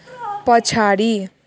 पछाडि